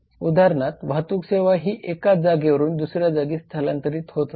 उदाहरणार्थ वाहतूक सेवा ही एका जागेवरून दुसऱ्या जागी स्थलांतरीत होत असते